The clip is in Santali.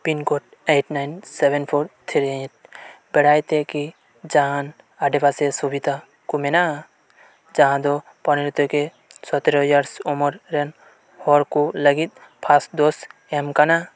pincode eight nine seven four three eight ᱵᱮᱲᱦᱟᱭᱛᱮ ᱠᱤ ᱡᱟᱦᱟᱱ ᱟᱰᱮᱯᱟᱥᱮ ᱥᱩᱵᱤᱫᱷᱟ ᱠᱚ ᱢᱮᱱᱟᱜᱼᱟ ᱡᱟᱦᱟᱸ ᱫᱚ ᱯᱚᱱᱮᱨᱚ ᱛᱷᱮᱠᱮ ᱥᱟᱛᱮᱨᱚ ᱤᱭᱟᱨᱥ ᱩᱢᱮᱨ ᱨᱮᱱ ᱦᱚᱲᱠᱚ ᱞᱟᱹᱜᱤᱫ ᱯᱷᱟᱥᱴ ᱰᱳᱡᱽ ᱮᱢ ᱟᱠᱟᱱᱟ